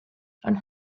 and